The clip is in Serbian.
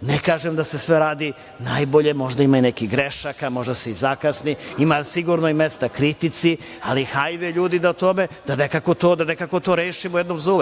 Ne kažem da se sve radi najbolje, možda ima i nekih grešaka, možda se i zakasni, ima sigurno i mesta kritici, ali hajde da to nekako rešimo jednom za